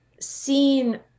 seen